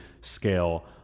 scale